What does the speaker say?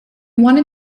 wanted